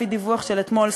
לפי הדיווח של אתמול,